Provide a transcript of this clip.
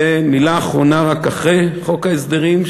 ומילה אחרונה רק אחרי חוק ההסדרים,